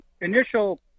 initial